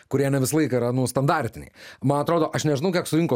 kurie ne visą laiką yra nu standartiniai man atrodo aš nežinau kiek surinko